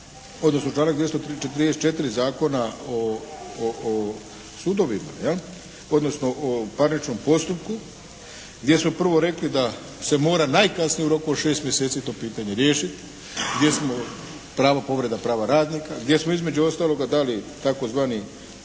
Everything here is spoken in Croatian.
odnosno članak 234. Zakona o sudovima, jel. Odnosno o parničnom postupku, gdje smo prvo rekli da se mora najkasnije u roku od 6 mjeseci to pitanje riješit, gdje smo pravo povreda prava radnika, gdje smo između ostaloga dali i tzv.